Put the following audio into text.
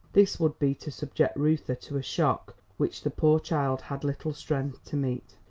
this would be to subject reuther to a shock which the poor child had little strength to meet.